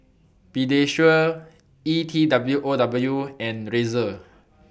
Pediasure E T W O W and Razer